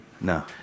No